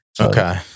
Okay